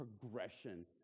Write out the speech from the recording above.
progression